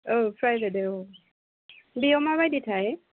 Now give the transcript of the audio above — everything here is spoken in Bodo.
प्राइभेटाव बेयाव माबायदिथाय